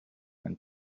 and